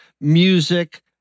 music